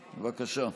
בבקשה.